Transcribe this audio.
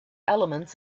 elements